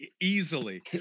Easily